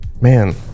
Man